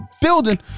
building